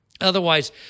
Otherwise